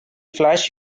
flash